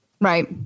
Right